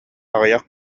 аҕыйах